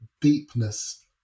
deepness